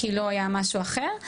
כי לא היה משהו אחר,